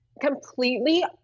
completely